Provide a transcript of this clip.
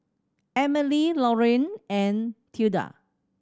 Emily Lorrayne and Tilda